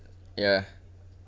ya